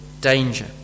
danger